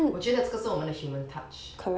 我觉得这个是我们的 human touch